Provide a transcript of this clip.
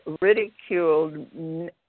ridiculed